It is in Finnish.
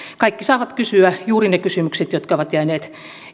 kaikki saavat kysyä juuri ne kysymykset jotka ovat jääneet